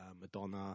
Madonna